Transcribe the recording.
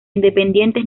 independientes